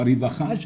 ברווחה,